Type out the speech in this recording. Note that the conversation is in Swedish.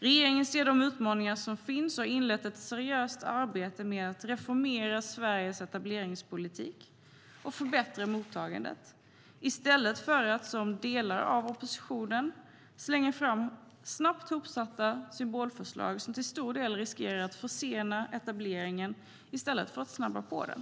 Regeringen ser de utmaningar som finns och har inlett ett seriöst arbete med att reformera Sveriges etableringspolitik och förbättra mottagandet i stället för att, som delar av oppositionen, slänga fram snabbt hopsatta symbolförslag som till stor del riskerar att försena etableringen i stället för att snabba på den.